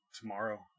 tomorrow